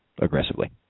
aggressively